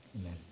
Amen